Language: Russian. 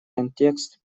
контекст